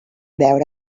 veure